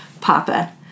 Papa